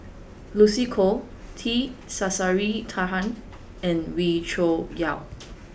Lucy Koh T Sasitharan and Wee Cho Yaw